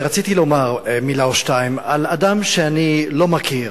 רציתי לומר מלה או שתיים על אדם שאני לא מכיר,